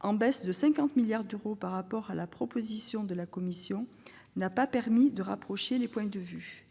en baisse de 50 milliards d'euros par rapport à la proposition de la Commission, n'a pas permis de rapprocher les points de vue.